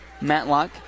Matlock